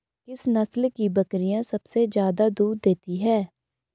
किस नस्ल की बकरीयां सबसे ज्यादा दूध देती हैं?